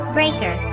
Breaker